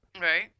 Right